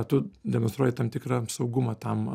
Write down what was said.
tu demonstruoji tam tikrą saugumą tam